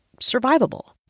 survivable